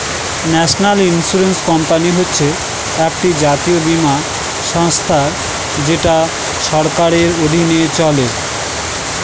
national insurance company হচ্ছে একটি জাতীয় বীমা সংস্থা যেটা সরকারের অধীনে চলে